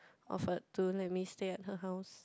offered to let me stay at her house